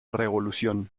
revolución